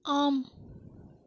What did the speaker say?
ஆம்